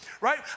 right